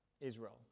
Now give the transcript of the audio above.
Israel